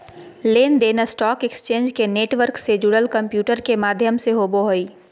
लेन देन stock exchange के network से जुड़ल कंम्प्यूटर के माध्यम से होबो हइ